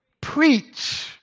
Preach